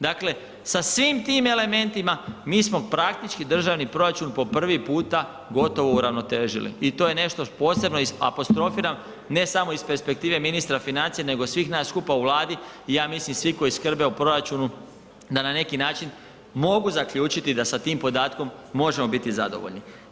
Dakle, sa svim tim elementima mi smo praktički državni proračun po prvi puta gotovo uravnotežili i to je nešto posebno, apostrofirano, ne samo iz perspektive ministra financija nego svih nas skupa u Vladi i ja mislim, svi koji skrbe o proračunu da na neki način mogu zaključiti da sa tim podatkom možemo biti zadovoljni.